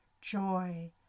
joy